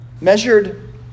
Measured